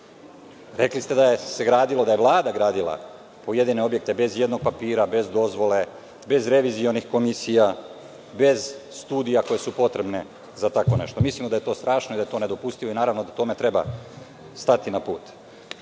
Rekli ste da je Vlada gradila pojedine objekte bez ijednog papira, bez dozvole, bez revizionih komisija, bez studija koje su potrebne za tako nešto. Mislimo da je to strašno i da je nedopustivo. Naravno da tome treba stati na put. Zbog